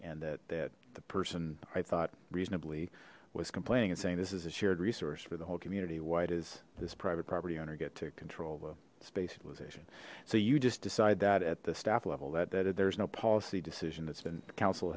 and that that the person i thought reasonably was complaining and saying this is a shared resource for the whole community why does this private property owner get to control the space utilization so you just decide that at the staff level that there's no policy decision that's been council